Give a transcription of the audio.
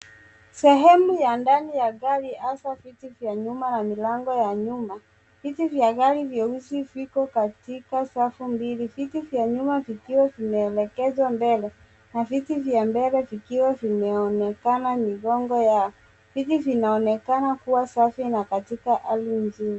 Sehemu ya ndani ya gari hasa viti vya nyuma na milango ya nyuma, viti vya gari vyeusi viko katika safu mbili. Viti vya nyuma vikiwa vimeelekezwa mbele na viti vya mbele vikiwa vimeonekana migongo yao. Viti hivi vinaonekana kuwa safi na katika hali nzuri.